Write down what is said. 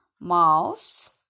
mouse